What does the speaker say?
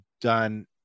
done